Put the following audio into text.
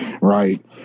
Right